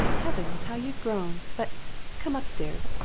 heavens how you've grown! but come upstairs.